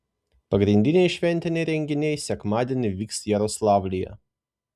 pagrindiniai šventiniai renginiai sekmadienį vyks jaroslavlyje